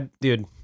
dude